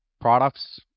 products